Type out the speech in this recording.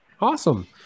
Awesome